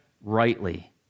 rightly